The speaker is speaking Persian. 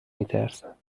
میترسم